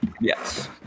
Yes